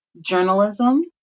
Journalism